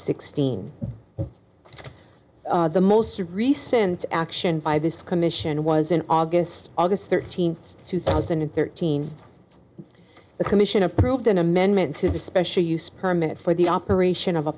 sixteen the most recent action by this commission was in august august thirteenth two thousand and thirteen the commission approved an amendment to the special use permit for the operation of a